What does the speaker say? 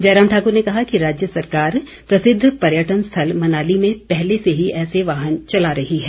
जयराम ठाकुर ने कहा कि राज्य सरकार प्रसिद्ध पर्यटक स्थल मनाली में पहले से ही ऐसे वाहन चला रही है